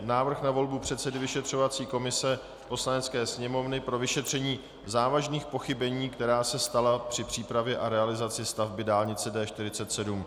Návrh na volbu předsedy vyšetřovací komise Poslanecké sněmovny pro vyšetření závažných pochybení, která se stala při přípravě a realizaci stavby dálnice D47